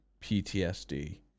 PTSD